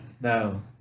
No